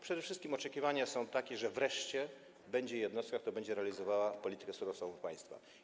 Przede wszystkim oczekiwania są takie, że wreszcie będzie jednostka, która będzie realizowała politykę surowcową państwa.